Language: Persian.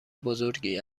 بزرگی